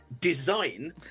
design